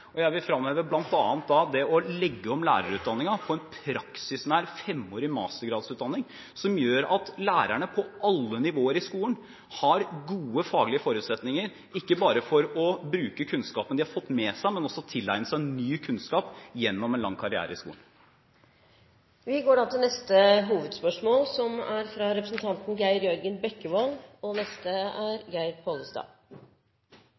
og jeg vil fremheve bl.a. det å legge om lærerutdanningen og få en praksisnær femårig mastergradsutdanning, som gjør at lærerne på alle nivåer i skolen har gode faglige forutsetninger, ikke bare for å bruke kunnskapen de har fått med seg, men også for å tilegne seg ny kunnskap gjennom en lang karriere i skolen. Vi går til neste hovedspørsmål.